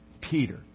Peter